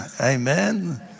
amen